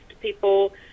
people